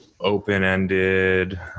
open-ended